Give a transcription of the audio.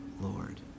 Lord